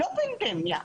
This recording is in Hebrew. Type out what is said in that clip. לא פנדמיה.